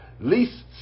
least